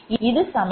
இது சமன்பாடு13